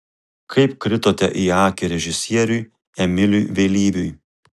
kaip kritote į akį režisieriui emiliui vėlyviui